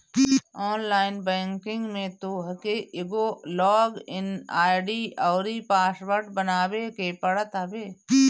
online banking में तोहके एगो लॉग इन आई.डी अउरी पासवर्ड बनावे के पड़त हवे